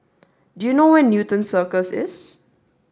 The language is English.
do you know where is Newton Cirus